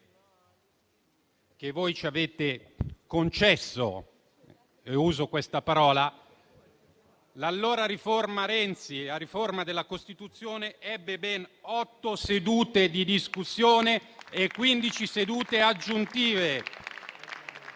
che voi ci avete concesso - uso questa parola - l'allora riforma Renzi, la riforma della Costituzione, ebbe ben otto sedute di discussione e 15 sedute aggiuntive.